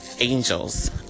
Angels